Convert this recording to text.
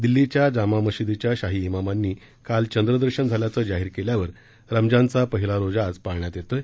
दिल्लीच्या जामा मशिदीच्या शाही इमामांनी काल चंद्रदर्शन झाल्याचं जाहीर केल्यावर रमजानचा पहिला रोजा आज पाळण्यात येत आहे